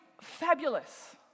fabulous